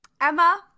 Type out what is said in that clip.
Emma